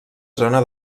zona